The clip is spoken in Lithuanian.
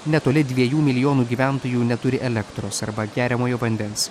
netoli dviejų milijonų gyventojų neturi elektros arba geriamojo vandens